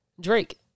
Drake